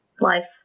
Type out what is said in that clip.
life